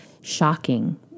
shocking